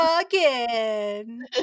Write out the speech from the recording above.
Again